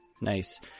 Nice